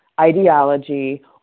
ideology